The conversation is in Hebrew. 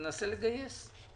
אז ננסה לגייס אותם.